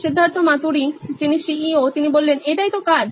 Siddharth Maturi C E O নোইন electronics এটাই তো কাজ